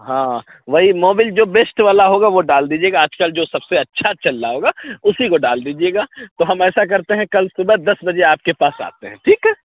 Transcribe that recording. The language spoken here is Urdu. ہاں وہی موبل جو بیسٹ والا ہوگا وہ ڈال دیجیے گا آج کل جو سب سے اچھا چل رہا ہوگا اُسی کو ڈال دیجیے گا تو ہم ایسا کرتے ہیں کل صُبح دس بجے آپ کے پاس آتے ہیں ٹھیک ہے